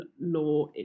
Law